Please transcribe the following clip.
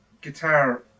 guitar